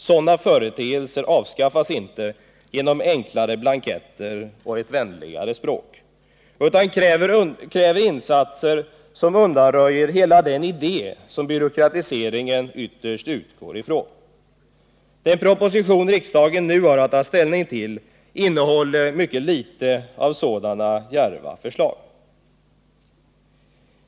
Sådana företeelser avskaffas inte genom enklare blanketter och ett vänligare språk utan kräver insatser som undanröjer hela den idé som byråkratiseringen ytterst utgår från. Den proposition riksdagen nu har att ta ställning till innehåller mycket litet av sådana djärvare förslag.